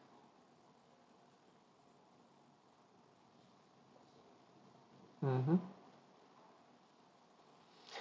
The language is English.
mmhmm